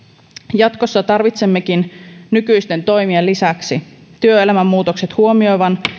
jatkossa tarvitsemmekin nykyisten toimien lisäksi työelämän muutokset huomioivan